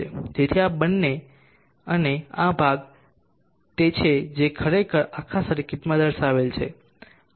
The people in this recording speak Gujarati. તેથી આ આ અને આ ભાગ તે છે જે ખરેખર આ આખા સર્કિટમાં દર્શાવેલ છે